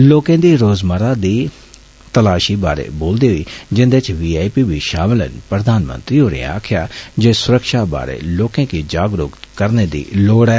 लोकें दी रोजमर्रा दी पड़ताल बारे बोलदे होई जिन्दे च टप्च् बी षामल न प्रधानमंत्री होरें आक्खेआ जे सुरक्षा बारै लोकें गी जागरुक करने दी लोड़ ऐ